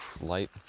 light